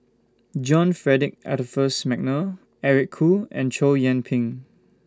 John Frederick Adolphus Mcnair Eric Khoo and Chow Yian Ping